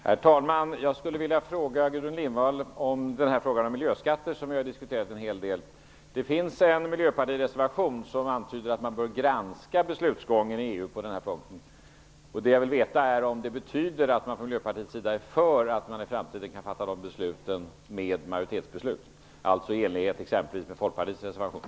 Herr talman! Jag skulle vilja ställa en fråga till Gudrun Lindvall om miljöskatter, som ju har diskuterats en hel del. Det finns en miljöpartireservation som antyder att man bör granska beslutsgången i EU på den här punkten. Jag skulle vilja veta om det betyder att man från Miljöpartiets sida är för att man i framtiden kan fatta de besluten som majoritetsbeslut, alltså i enlighet med exempelvis Folkpartiets reservation.